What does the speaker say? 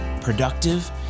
productive